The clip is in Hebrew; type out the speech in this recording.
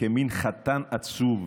כמין חתן עצוב,